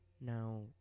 Now